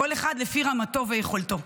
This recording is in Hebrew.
כל אחד לפי רמתו ויכולתו.